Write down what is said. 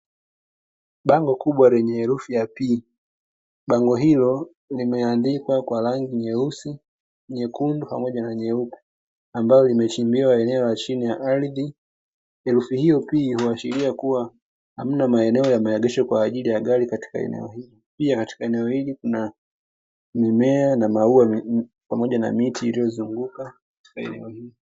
Bango kubwa lenye herufi ya "P", bango hilo limeandikwa kwa rangi nyeusi, nyekundu, pamoja na nyeupe ambalo limechimbiwa eneo la chini ya ardhi. Herufi hiyo P huashiria kuwa, hamna maeneno ya maegesho kwa ajili ya gari katika eneo hili. Pia katika eneo hili kuna mimea na maua pamoja na miti iliyozunguka katika eneo hili.